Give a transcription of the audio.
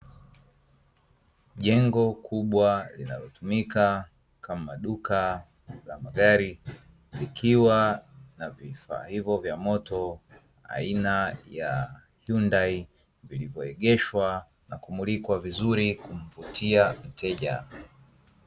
Jengo kubwa linalotumika kama duka la magari, likiwa na vifaa hivyo vya moto aina ya hyundai vilivyoegeshwa na kumulikwa vizuri kumvutia mteja.